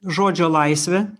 žodžio laisvė